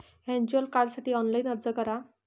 virtual कार्डसाठी online अर्ज करा